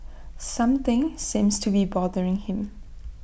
something seems to be bothering him